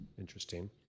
Interesting